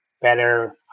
better